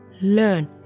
Learn